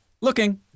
Looking